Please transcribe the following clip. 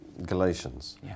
Galatians